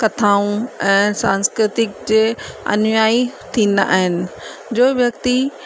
कथाऊं ऐं सांस्कृतिक जे अनुयाई थींदा आहिनि जो व्यक्ति